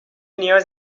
نیاز